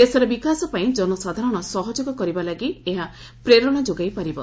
ଦେଶର ବିକାଶ ପାଇଁ ଜନସାଧାରଣ ସହଯୋଗ କରିବା ଲାଗି ଏହା ପ୍ରେରଣା ଯୋଗାଇ ପାରିବ